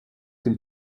dem